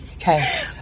Okay